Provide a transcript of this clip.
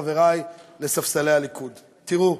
חברי בספסלי הליכוד: תראו,